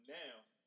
now